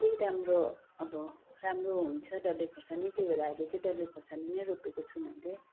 त्यही राम्रो अब राम्रो हुन्छ डल्ले खोर्सानी त्यही भएर अहिले चाहिँ डल्ले खोर्सानी नै रोपेको छु मैले